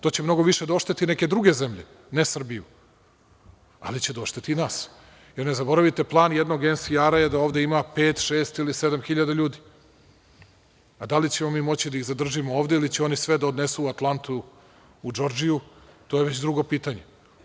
To će mnogo više da ošteti neke druge zemlje, ne Srbiju, ali će da odšteti i nas, jer ne zaboravite plan jednog NSA je da ovde ima pet, šest ili sedam hiljada ljudi, a da li ćemo mi moći da ih zadržimo ovde ili će oni sve da odnesu u Atlantu, u DŽordžiju, to je već drugo pitanje.